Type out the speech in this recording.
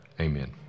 amen